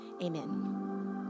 Amen